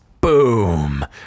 Boom